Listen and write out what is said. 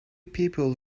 people